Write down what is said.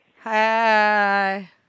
Hi